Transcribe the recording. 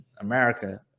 America